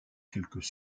quelques